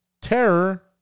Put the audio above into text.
Terror